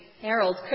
Harold